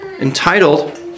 entitled